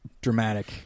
dramatic